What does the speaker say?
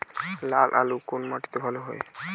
লাল আলু কোন মাটিতে ভালো হয়?